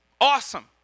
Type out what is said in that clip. Awesome